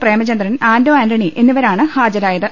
പ്രേമചന്ദ്രൻ ആന്റോ ആന്റണി എന്നിവരാണ് ഹാജരായത്